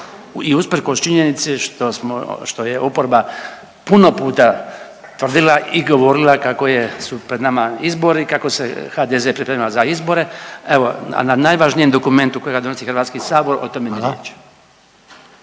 i usprkos činjenici što je oporba puno puta tvrdila i govorila kako je su pred nama izbori, kako se HDZ priprema za izbore, evo a na najvažnijem dokumentu kojega donosi HS o tome ni riječi.